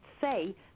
say